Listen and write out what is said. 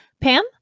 Pam